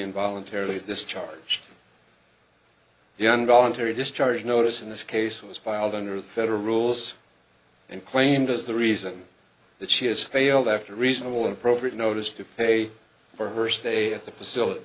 involuntary discharge young voluntary discharge notice in this case was filed under the federal rules and claimed as the reason that she has failed after a reasonable and appropriate notice to pay for her stay at the facility